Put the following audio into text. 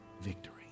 victory